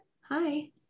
hi